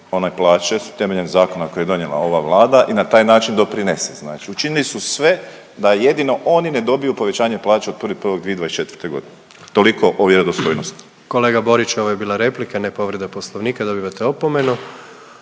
plaće temeljem zakona koji je donijela ova Vlada i na taj način doprinese. Znači, učinili su sve da jedino oni ne dobiju povećanje plaće od 1.1.2024. godine. Toliko o vjerodostojnosti. **Jandroković, Gordan (HDZ)** Kolega Borić, ovo je bila replika ne povreda Poslovnika. Dobivate opomenu.